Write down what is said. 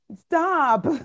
Stop